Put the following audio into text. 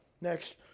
Next